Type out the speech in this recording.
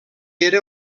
era